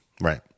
Right